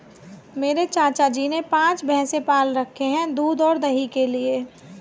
मेरे चाचा जी ने पांच भैंसे पाल रखे हैं दूध और दही के लिए